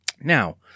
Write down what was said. Now